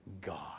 God